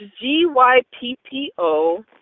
G-Y-P-P-O